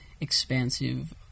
expansive